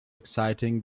exciting